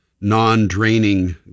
non-draining